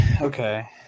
okay